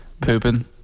Pooping